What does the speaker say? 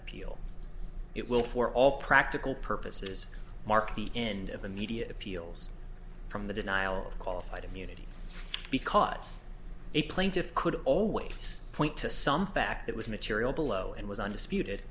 appeal it will for all practical purposes mark the end of the media appeals from the denial of qualified immunity because a plaintiff could always point to some fact that was material below and was undisputed